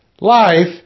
Life